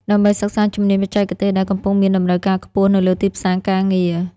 ដើម្បីសិក្សាជំនាញបច្ចេកទេសដែលកំពុងមានតម្រូវការខ្ពស់នៅលើទីផ្សារការងារ។